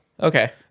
Okay